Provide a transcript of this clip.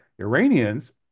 Iranians